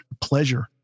pleasure